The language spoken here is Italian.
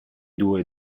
due